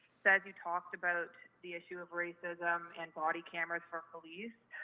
that you talked about the issue of racism and body cameras for police.